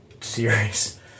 series